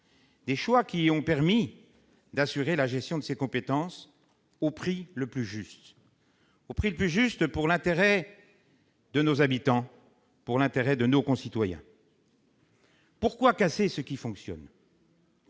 Ces choix ont permis d'assurer la gestion de ces compétences au prix le plus juste, dans l'intérêt de leurs habitants, dans l'intérêt de nos concitoyens. Pourquoi casser ce qui fonctionne ?